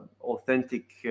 authentic